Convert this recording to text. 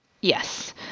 yes